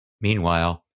Meanwhile